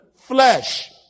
flesh